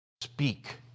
speak